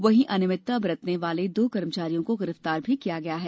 वहीं अनियमितता बरतने वाले दो कर्मचारियों को गिरफुतार भी किया गया है